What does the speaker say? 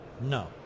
No